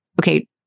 okay